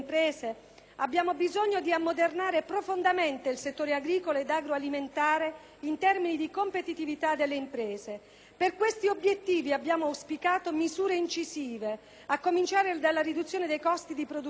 abbiamo bisogno di ammodernare profondamente il settore agricolo ed agroalimentare in termini di competitività delle imprese. Per questi obiettivi abbiamo auspicato misure incisive, a cominciare dalla riduzione dei costi di produzione,